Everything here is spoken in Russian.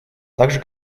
также